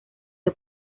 del